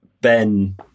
Ben